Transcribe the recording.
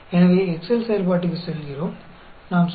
तो आइए हम एक्सेल फ़ंक्शन को देखें